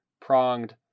pronged